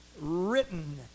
written